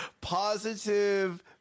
Positive